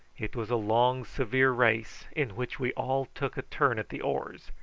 it was a long severe race, in which we all took a turn at the oars,